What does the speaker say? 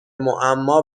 معما